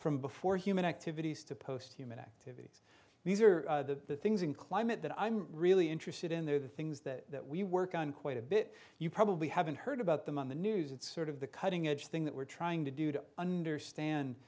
from before human activities to post human activities these are the things in climate that i'm really interested in the things that we work on quite a bit you probably haven't heard about them on the news it's sort of the cutting edge thing that we're trying to do to understand